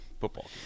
football